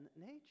nature